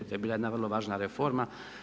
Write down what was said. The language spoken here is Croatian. To je bila jedna vrlo važna reforma.